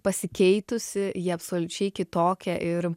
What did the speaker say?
pasikeitusi ji absoliučiai kitokia ir